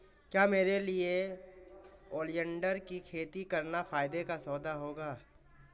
क्या मेरे लिए ओलियंडर की खेती करना फायदे का सौदा होगा?